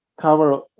cover